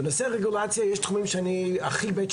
בנושא הרגולציה יש תחומים שאני הכי --,